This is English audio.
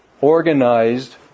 organized